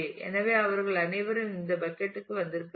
எனவே அவர்கள் அனைவரும் இந்த பக்கட் க்கு வந்திருக்கிறார்கள்